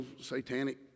satanic